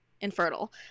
infertile